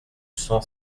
cent